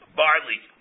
barley